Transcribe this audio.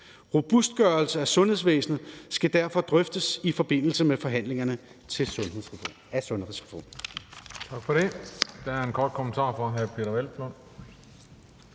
Robustgørelsen af sundhedsvæsenet skal derfor drøftes i forbindelse med forhandlingerne af sundhedsreformen.«